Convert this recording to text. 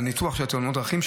בניתוח של תאונות הדרכים,